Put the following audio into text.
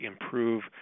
improve